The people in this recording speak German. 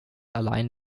allein